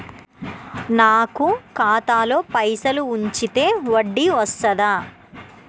నాకు ఖాతాలో పైసలు ఉంచితే వడ్డీ వస్తదా?